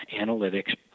analytics